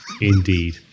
Indeed